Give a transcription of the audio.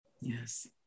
Yes